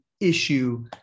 issue